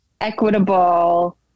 Equitable